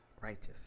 Righteous